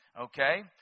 Okay